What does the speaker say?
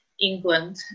England